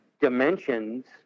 dimensions